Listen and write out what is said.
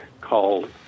called